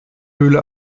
höhle